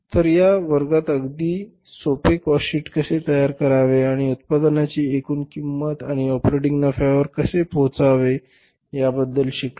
तर या वर्गात आम्ही अगदी सोपे काॅस्ट शीट कसे तयार करावे आणि उत्पादनाची एकूण किंमत आणि ऑपरेटिंग नफ्यावर कसे पोहोचावे याबद्दल शिकलो